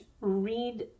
read